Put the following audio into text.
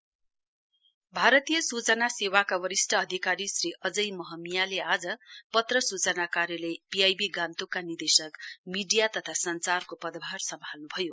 PIB भारतीय सूचना सेवाका वरिष्ठ अधिकारी श्री अजय महमियाले आज पत्र सूचना कार्यालय पीआईबी गान्तोकका निर्देशको मीडिया तथा संचार पदभार सम्हाल्न् भयो